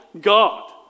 god